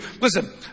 Listen